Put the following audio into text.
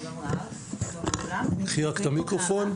אני קרימינולוגית שיקומית במקצועי.